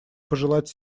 пожелать